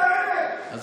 זאת האמת.